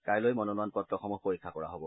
কাইলৈ মনোনয়ন পত্ৰসমূহ পৰীক্ষা কৰা হ'ব